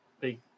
big